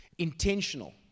intentional